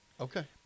Okay